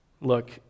Look